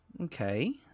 Okay